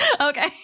okay